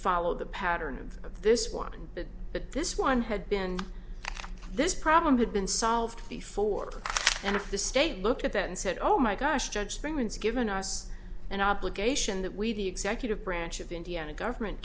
followed the pattern of this one but this one had been this problem had been solved before and if the state looked at that and said oh my gosh judge thing and given us an obligation that we the executive branch of the deanna government